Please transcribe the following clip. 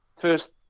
first